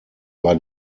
war